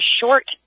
short